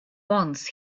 once